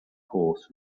horse